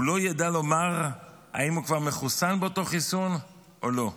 הוא לא ידע לומר אם הוא כבר מחוסן באותו חיסון או לא.